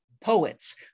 poets